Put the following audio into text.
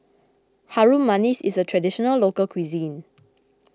Harum Manis is a Traditional Local Cuisine